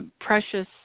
precious